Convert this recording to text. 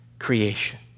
creation